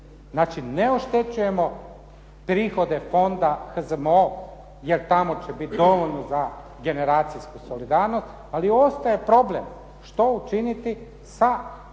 Znači ne oštećujemo prihode fonda HZMO jer tamo će biti dovoljno za generacijsku solidarnost, ali ostaje problem što učiniti sa